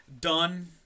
done